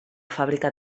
fàbrica